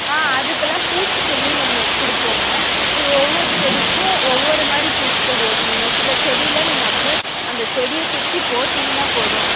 ஆ அதற்கெல்லாம் பூச்சிகொல்லின்னு ஒன்று கொடுப்போங்க நீங்கள் ஓவ்வொரு செடிக்கும் ஒவ்வொரு மாதிரி பூச்சிக்கொல்லி இருக்கு நீங்கள் சில செடியில் நீங்கள் அப்படியே அந்த செடியை சுற்றிப் போட்டிங்கன்னா போதும்